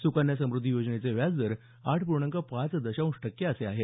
सुकन्या समृद्धी योजनेचे व्याज दर आठ पूर्णांक पाच दशांश टक्के असे आहेत